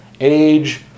age